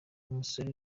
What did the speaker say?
umusore